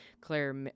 Claire